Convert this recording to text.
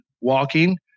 walking